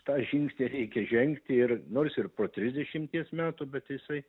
tą žingsnį reikia žengti ir nors ir po trisdešimties metų bet jisai